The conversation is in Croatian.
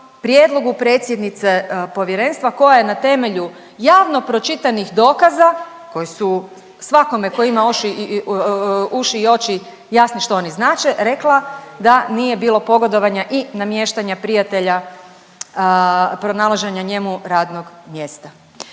prijedlogu predsjednice povjerenstva koja je na temelju javno pročitanih dokaza koji su svakome tko ima oši, uši i oči jasni što oni znače, rekla da nije bilo pogodovanja i namještanja prijatelja, pronalaženja njemu radnog mjesta.